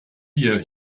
wir